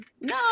No